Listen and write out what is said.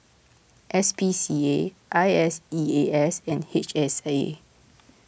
S P C A I S E A S and H S A